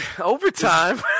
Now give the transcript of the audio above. Overtime